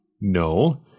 No